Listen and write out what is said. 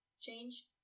change